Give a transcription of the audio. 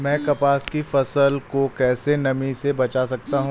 मैं कपास की फसल को कैसे नमी से बचा सकता हूँ?